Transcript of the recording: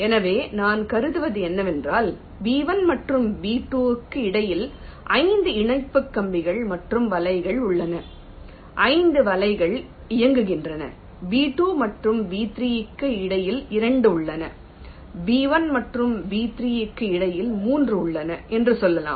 எனவே நான் கருதுவது என்னவென்றால் B1 மற்றும் B2 க்கு இடையில் 5 இணைப்பு கம்பிகள் மற்றும் வலைகள் உள்ளன 5 வலைகள் இயங்குகின்றன B2 மற்றும் B3 க்கு இடையில் 2 உள்ளன B1 மற்றும் B3 க்கு இடையில் 3 உள்ளன என்று சொல்லலாம்